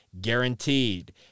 Guaranteed